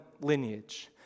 lineage